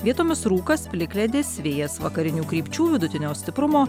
vietomis rūkas plikledis vėjas vakarinių krypčių vidutinio stiprumo